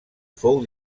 fou